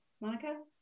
Monica